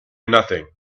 nothing